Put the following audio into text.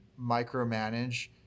micromanage